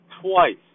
twice